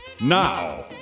Now